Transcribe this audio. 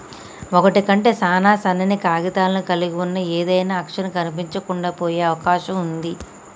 ఒకటి కంటే సాన సన్నని కాగితాలను కలిగి ఉన్న ఏదైనా అక్షరం కనిపించకుండా పోయే అవకాశం ఉంది